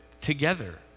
together